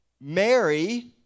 Mary